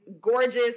gorgeous